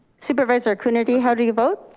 supervisor coonerty, how do you vote?